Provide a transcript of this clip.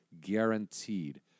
guaranteed